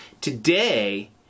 Today